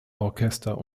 orchester